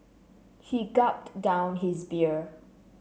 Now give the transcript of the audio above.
he gulped down his beer